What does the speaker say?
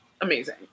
amazing